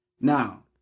Now